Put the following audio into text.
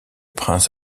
prince